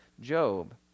Job